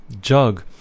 jug